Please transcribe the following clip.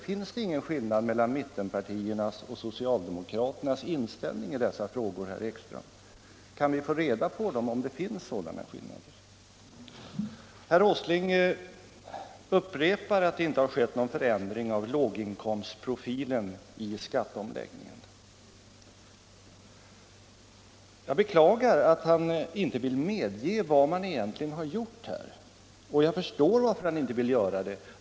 Finns det ingen skillnad mellan mittenpartiernas och socialdemokraternas inställning i dessa frågor, herr Ekström? Kan vi få reda på dem, om det finns sådana skillnader? Herr Åsling upprepar att det inte har skett någon förändring av låginkomstprofilen i skatteomläggningen. Jag beklagar att han inte vill medge vad man egentligen har gjort här, men jag förstår varför han inte vill göra det.